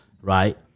right